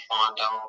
Fondo